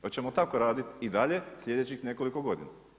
Hoćemo tako raditi i dalje slijedećih nekoliko godina?